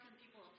people